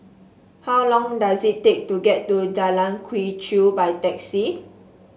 how long does it take to get to Jalan Quee Chew by taxi